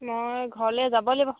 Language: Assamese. মই ঘৰলৈ যাব লাগিব